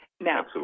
Now